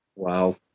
Wow